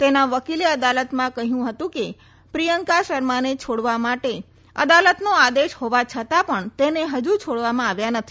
તેના વકીલે અદાલતમાં કહ્યું હતું કે પ્રિયંકા શર્માને છોડવા માટે અદાલતનો આદેશ હોવા છતાં પજ્ઞ તેને હજ્ છોડવામાં આવ્યી નથી